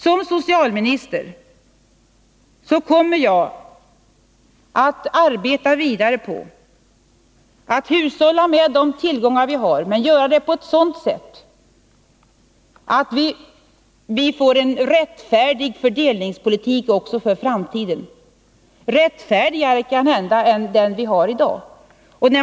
Som socialminister kommer jag att arbeta vidare på att hushålla med de tillgångar vi har, men på ett sådant sätt att vi får en rättfärdig fördelningspolitik också för framtiden — rättfärdigare kanhända än vi har i dag.